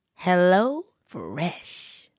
HelloFresh